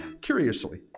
curiously